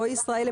רועי ישראלי,